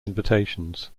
invitations